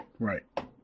Right